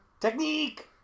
Technique